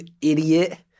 idiot